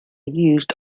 used